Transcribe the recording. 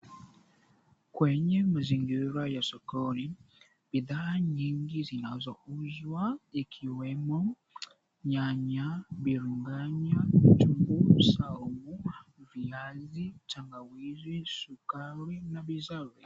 Kwenye mazingira ya sokoni, bidhaa nyingi zinazouzwa ikiwemo; nyanya, biringanya, kitunguu saumu, viazi, tangawizi, sukari na bizari.